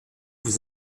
vous